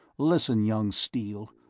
listen, young steele,